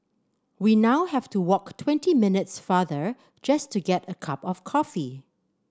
we now have to walk twenty minutes farther just to get a cup of coffee